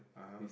(uh huh)